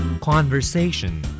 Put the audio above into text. Conversation